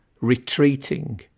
retreating